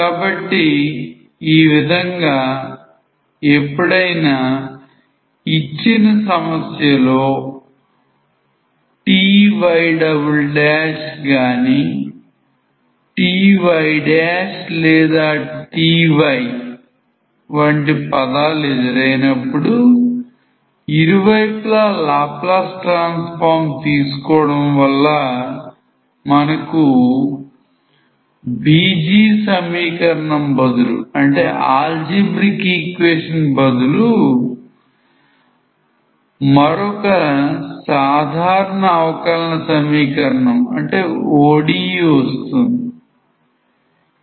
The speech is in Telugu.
కాబట్టి ఈ విధం గా ఎప్పుడైనా ఇచ్చిన సమస్యలో ty కానీ ty లేదా ty వంటి పదాలు ఎదురైనప్పుడు ఇరువైపులా Laplace transform తీసుకోవడం వల్ల మనకు భీజీయ సమీకరణం బదులుగా మరొక సాధారణ అవకలన సమీకరణం వస్తుంది